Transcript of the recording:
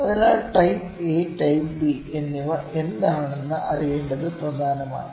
അതിനാൽ type A type B എന്നിവ എന്താണെന്ന് അറിയേണ്ടത് പ്രധാനമാണ്